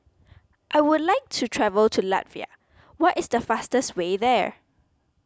I would like to travel to Latvia what is the fastest way there